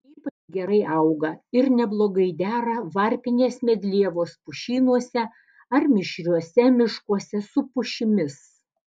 ypač gerai auga ir neblogai dera varpinės medlievos pušynuose ar mišriuose miškuose su pušimis